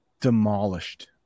demolished